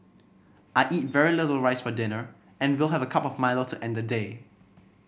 I eat very little rice for dinner and will have a cup of Milo to end the day